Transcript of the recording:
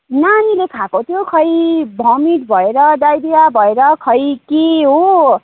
नानीले खाएको थियो खै भोमिट भएर डाइरिया भएर खै के हो हो